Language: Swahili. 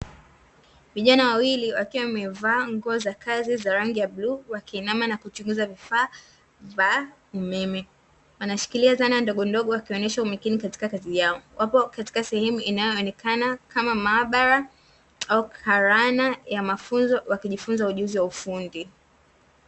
Vijana wawili wakiwa wamevaa nguo za kazi za rangi ya bluu, wakiinama na kuchunguza vifaa vya umeme, wanashikilia zana ndogo ndogo wakionesha umakini katika kazi yao, wapo katika sehemu inayoonekana kama maabara au karakana ya mafunzo wakijifunza ujuzi wa ufundi.